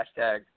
Hashtag